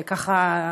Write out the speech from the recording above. ככה,